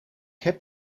heb